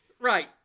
Right